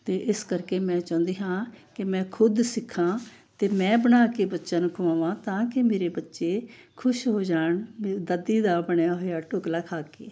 ਅਤੇ ਇਸ ਕਰਕੇ ਮੈਂ ਚਾਹੁੰਦੀ ਹਾਂ ਕਿ ਮੈਂ ਖੁਦ ਸਿੱਖਾਂ ਅਤੇ ਮੈਂ ਬਣਾ ਕੇ ਬੱਚਿਆਂ ਨੂੰ ਖਵਾਵਾਂ ਤਾਂ ਕਿ ਮੇਰੇ ਬੱਚੇ ਖੁਸ਼ ਹੋ ਜਾਣ ਵੀ ਦਾਦੀ ਦਾ ਬਣਿਆ ਹੋਇਆ ਢੋਕਲਾ ਖਾ ਕੇ